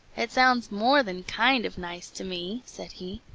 it sounds more than kind of nice to me, said he.